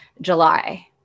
July